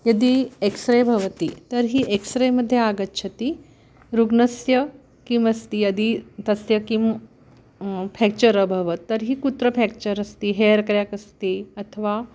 यदि X ray भवति तर्हि एक्स् रे मध्ये आगच्छति रुग्णस्य किमस्ति यदि तस्य किं फ़ेक्चर् अभवत् तर्हि कुत्र फ़्याक्चर् अस्ति हेर् क्रेक् अस्ति अथवा